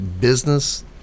business